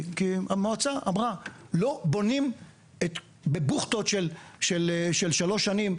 כי המועצה אמרה לא בונים בבוכטות של שלוש שנים,